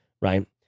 right